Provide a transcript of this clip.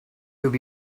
would